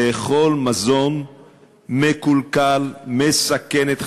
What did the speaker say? לאכול מזון מקולקל המסכן את חייהם.